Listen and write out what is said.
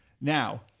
Now